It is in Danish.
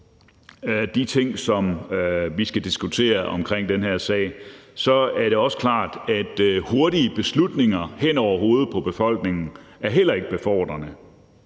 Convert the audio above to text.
på de ting, som vi skal diskutere omkring den her sag, er det også klart, at hurtige beslutninger hen over hovedet på befolkningen heller ikke er befordrende.